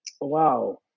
wow